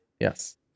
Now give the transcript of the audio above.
Yes